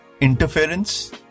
interference